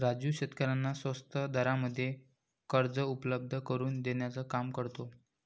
राजू शेतकऱ्यांना स्वस्त दरामध्ये कर्ज उपलब्ध करून देण्याचं काम करतो